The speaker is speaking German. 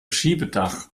schiebedach